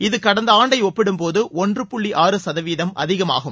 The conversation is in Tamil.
இது கடந்த ஆண்டை ஒப்பிடும்போது ஒன்று புள்ளி ஆறு சதவீத அதிகமாகும்